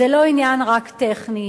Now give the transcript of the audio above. זה לא עניין רק טכני.